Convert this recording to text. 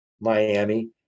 Miami